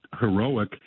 heroic